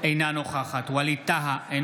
אינה נוכחת ווליד טאהא,